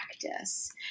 Practice